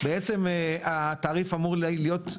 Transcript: בעצם התעריף אמור להיות,